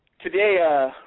today